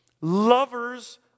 lovers